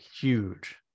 huge